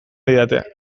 didate